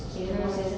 mm